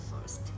first